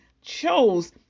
chose